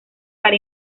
para